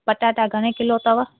पटाटा घणे किलो अथव